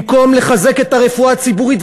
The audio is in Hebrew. במקום לחזק את הרפואה הציבורית,